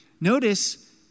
Notice